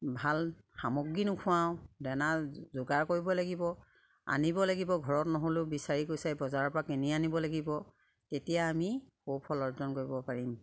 ভাল সামগ্ৰী নোখোৱাওঁ দানা যোগাৰ কৰিব লাগিব আনিব লাগিব ঘৰত নহ'লেও বিচাৰি গৈছে বজাৰৰ পৰা কিনি আনিব লাগিব তেতিয়া আমি সুফল অৰ্জন কৰিব পাৰিম